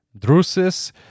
Drusus